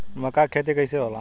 मका के खेती कइसे होला?